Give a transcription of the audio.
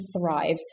thrive